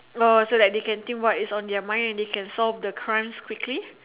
oh so that they can think what is on their mind and they can solve the crimes quickly